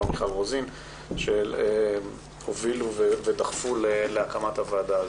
מיכל רוזין שהובילו ודחפו להקמת הוועדה הזאת.